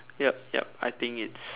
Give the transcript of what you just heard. yup yup I think it's